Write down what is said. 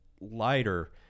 lighter